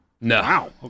No